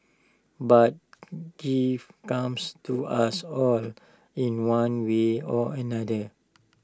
but comes to us all in one way or another